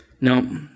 Now